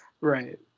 Right